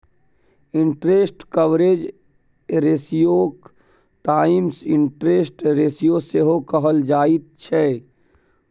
interest coverage रेशियोके times interest ratio सेहो कहल जाइत छै